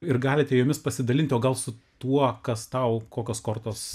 ir galite jomis pasidalinti o gal su tuo kas tau kokios kortos